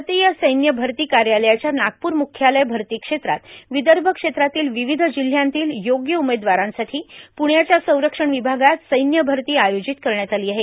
भारतीय सैन्य भरती कार्यालयाच्या नागपूर मुख्यालय भर्ती क्षेत्रात विदर्भ क्षेत्रातील विविध जिल्ह्यांतील योग्य उमेदवारांसाठी पुण्याच्या संरक्षण विभागात सैन्य भरती आयोजित करण्यात आली आहे